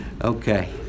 Okay